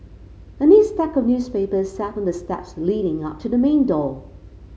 a neat stack of newspapers sat on the steps leading up to the main door